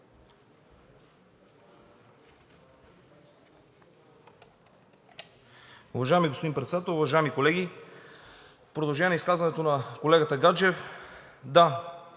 Уважаеми господин Председател, уважаеми колеги! В продължение на изказването на колегата Гаджев. Да,